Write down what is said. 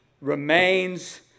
remains